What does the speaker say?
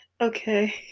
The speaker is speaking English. Okay